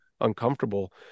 uncomfortable